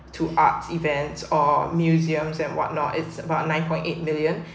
to arts events or museums and what not it's about nine point eight million